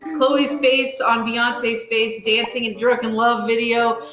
chloe's face on beyonce's face dancing in drunk in love video.